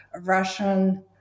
Russian